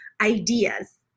ideas